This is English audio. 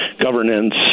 governance